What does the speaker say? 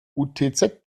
utz